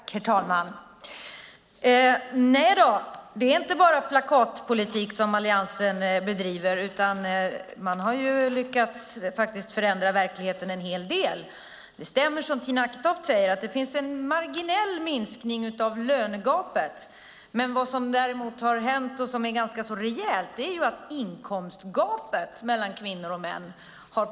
Herr talman! Nej, det är inte bara plakatpolitik som Alliansen bedriver, utan man har lyckats förändra verkligheten en hel del. Det stämmer, som Tina Acketoft säger, att lönegapet har minskat marginellt. Det som däremot har påverkats rejält av regeringens politik är inkomstgapet mellan kvinnor och män.